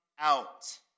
Out